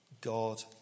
God